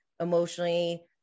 emotionally